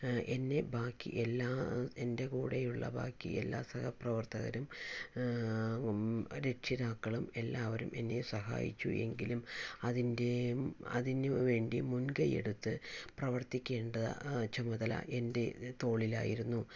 എന്നെ ബാക്കി എല്ലാ എൻ്റെ കൂടെയുള്ള ബാക്കി എല്ലാ സഹപ്രവർത്തകരും രക്ഷിതാക്കളും എല്ലാവരും എന്നെ സഹായിച്ചു എങ്കിലും അതിൻ്റെ അതിനു വേണ്ടി മുൻകൈ എടുത്ത് പ്രവർത്തിക്കേണ്ട ചുമതല എൻ്റെ തോളിലായിരുന്നു